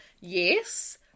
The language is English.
Yes